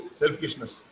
selfishness